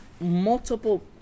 multiple